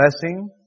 blessing